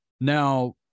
Now